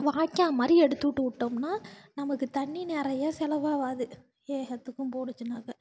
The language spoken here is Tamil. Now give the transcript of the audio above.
வாய்க்கால் மாதிரி எடுத்துவிட்டு விட்டோம்னால் நமக்கு தண்ணி நிறையா செலவாகாது ஏகத்துக்கும் போணுச்சுன்னாக்கால்